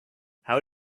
how